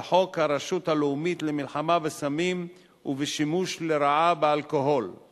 ל"חוק הרשות הלאומית למלחמה בסמים ובשימוש לרעה באלכוהול";